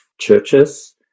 churches